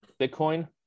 Bitcoin